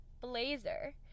blazer